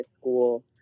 school